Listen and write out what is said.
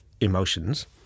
emotions